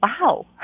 wow